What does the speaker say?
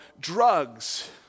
drugs